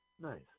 Nice